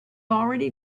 already